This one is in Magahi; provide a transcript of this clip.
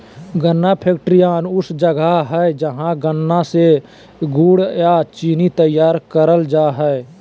गन्ना फैक्ट्रियान ऊ जगह हइ जहां गन्ना से गुड़ अ चीनी तैयार कईल जा हइ